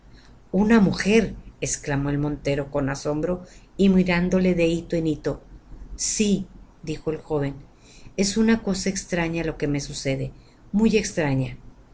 una mujer exclamó el montero con asombro y mirándole de hito en hito sí dijo el joven es una cosa extraña lo que me sucede muy extraña